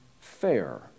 fair